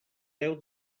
deu